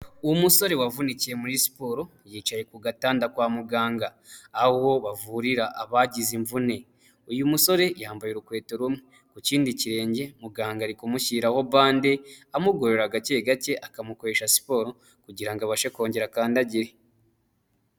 Uwo musore wavunikiye muri siporo yicaye ku gatanda kwa muganga aho bavurira abagize imvune, uy'umusore yambaye urukweto rumwe ku kindi kirenge muganga ari kumushyiraho bande amugora gake gake akamukoresha siporo kugirango abashe kongera akandagire